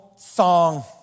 song